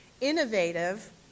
innovative